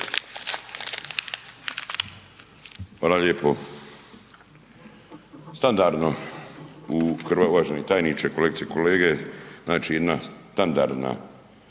Hvala lijepo. Standardno, uvaženi tajniče, kolegice i kolege, znači jedna standardna